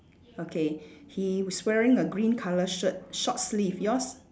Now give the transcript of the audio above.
okay he is wearing a green colour shirt short sleeve yours